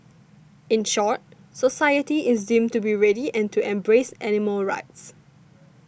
in short society is deemed to be ready and to embrace animal rights